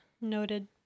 Noted